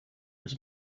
his